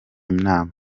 inama